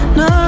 no